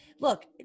look